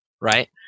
right